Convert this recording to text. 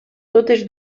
totes